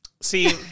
See